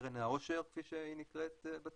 קרן העושר, כפי שהיא נקראת בציבור,